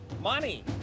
Money